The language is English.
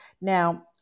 Now